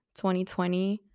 2020